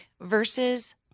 versus